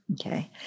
Okay